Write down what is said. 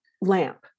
lamp